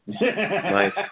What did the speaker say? Nice